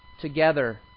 together